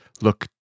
look